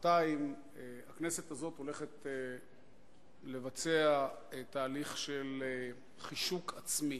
שעתיים הכנסת הזאת הולכת לבצע תהליך של חישוק עצמי.